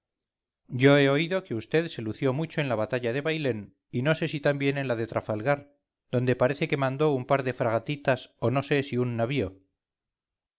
yo he oído que vd se lució mucho en la batalla de bailén y no sé si también en la de trafalgar donde parece que mandó un par de fragatitas o no sé si un navío